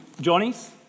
Johnny's